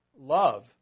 love